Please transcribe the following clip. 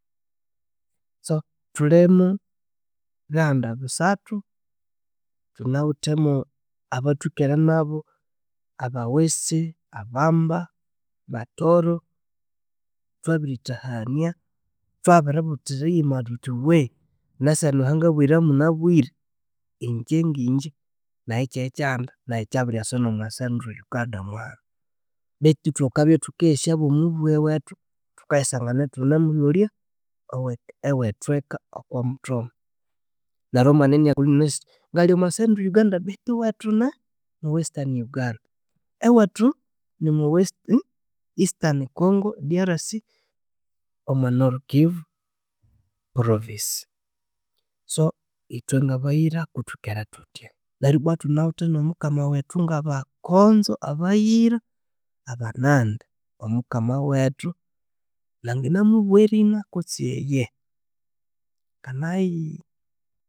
So thulimu bihanda bisathu, thunawithemu abathwikerenabu Abawesi, Abamba, Batoro, thwabirithahania, thwabiributhira yima thuthiwe eseheno ahangabuyira munabire ingye ngye nayikyayi kihanda nayikyabiryasa nomu central Uganda mwa bethu thukabya thukayesya bomobughwe wethu thukayisangana yithunamulholya ewe- ewethu eka okomuthoma neryo omwana yinakulha yinanasi ngalhi omo central Uganda bethu ewethu ne western Uganda, ewethu nimwesti eastern congo DRC omwa norukivu provence, so yithwe ngabayira kuthukere thutya nerubwa thunawithe ngomukama wethu ngabakonzo Abayira Abanande omukama wethu nangana mubuwa erina kutsi eyehe